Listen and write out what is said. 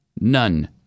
none